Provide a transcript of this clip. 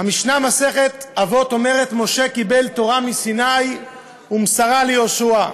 המשנה במסכת אבות אומרת: "משה קיבל תורה מסיני ומסרה ליהושע".